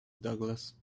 douglas